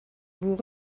vous